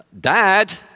Dad